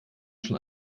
schon